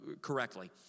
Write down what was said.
correctly